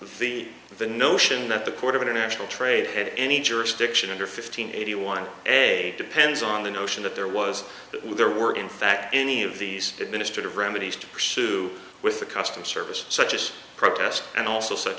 the the notion that the court of international trade had any jurisdiction under fifteen eighty one depends on the notion that there was there were in fact any of these administrative remedies to pursue with the customs service such as protest and also such